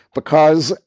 because,